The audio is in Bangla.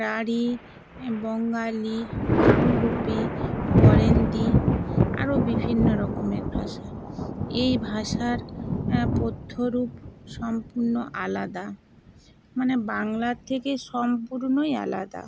রাঢ়ী বঙ্গালী কামরূপী বারেন্দ্রী আরও বিভিন্ন রকমের ভাষা এই ভাষার কথ্যরূপ সম্পূর্ণ আলাদা মানে বাংলার থেকে সম্পূর্ণই আলাদা